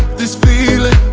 this feeling